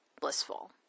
blissful